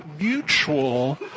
mutual